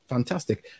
Fantastic